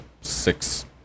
six